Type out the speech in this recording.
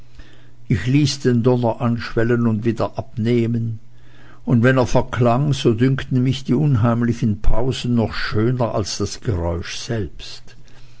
ich ließ den donner anschwellen und wieder abnehmen und wenn er verklang so dünkten mich die unheimlichen pausen noch schöner als das geräusch selbst